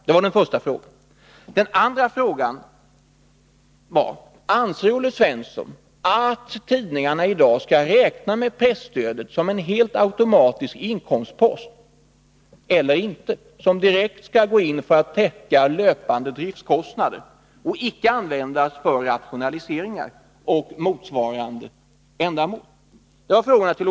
Den andra frågan var: Anser Olle Svensson att tidningarna i dag skall räkna med presstödet som en automatisk inkomstpost, som direkt skall gå till att täcka löpande driftskostnader och icke användas för rationaliseringar och motsvarande ändamål?